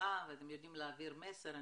נפלאה ואתם יודעים להעביר מסר.